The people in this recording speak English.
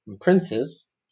princes